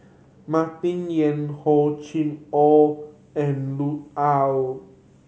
Martin Yan Hor Chim Or and Lut Ali